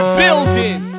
building